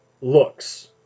looks